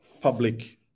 public